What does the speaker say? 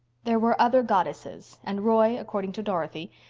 there were other goddesses, and roy, according to dorothy,